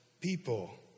people